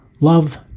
Love